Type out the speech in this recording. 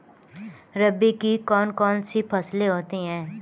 रबी की कौन कौन सी फसलें होती हैं?